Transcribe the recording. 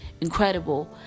incredible